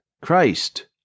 Christ